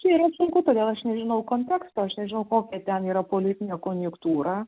čia yra sunku todėl aš nežinau konteksto aš nežinau kokia ten yra politinė konjunktūra